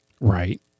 Right